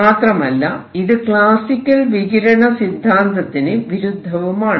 മാത്രമല്ല ഇത് ക്ലാസിക്കൽ വികിരണ സിദ്ധാന്തത്തിന് വിരുദ്ധവുമാണ്